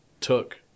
took